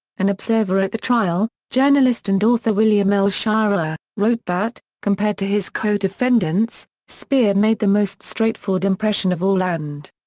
an observer at the trial, journalist and author william l. shirer, ah wrote that, compared to his codefendants, speer made the most straightforward impression of all and.